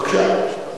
בבקשה.